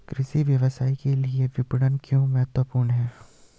कृषि व्यवसाय के लिए विपणन क्यों महत्वपूर्ण है?